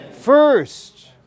First